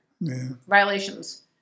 violations